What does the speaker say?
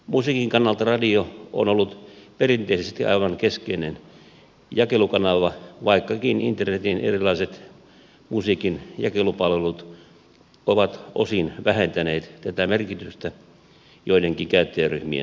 musiikin kannalta radio on ollut perinteisesti aivan keskeinen jakelukanava vaikkakin internetin erilaiset musiikin jakelupalvelut ovat osin vähentäneet tätä merkitystä joidenkin käyttäjäryhmien osalta